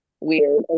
weird